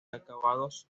acabados